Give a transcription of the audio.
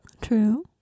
True